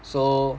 so